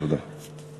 תודה.